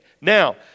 Now